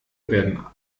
werden